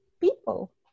people